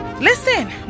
Listen